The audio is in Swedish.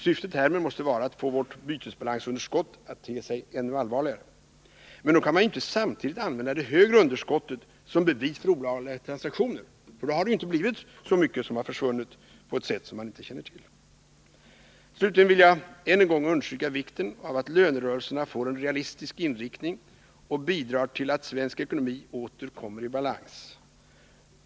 Syftet härmed måste vara att få vårt bytesbalansunderskott att te sig ännu allvarligare. Men då kan man ju inte samtidigt använda det högre underskottet som bevis för olagliga transaktioner, för då har det ju inte varit så mycket som försvunnit på ett sätt som man inte känner till. Slutligen vill jag än en gång understryka vikten av att lönerörelserna får en realistisk inriktning och bidrar till att svensk ekonomi åter kommer i balans.